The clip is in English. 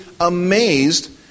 amazed